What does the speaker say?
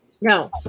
No